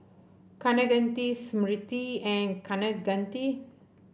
Kaneganti Smriti and Kaneganti